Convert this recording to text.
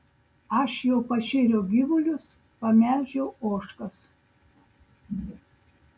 aš jau pašėriau gyvulius pamelžiau ožkas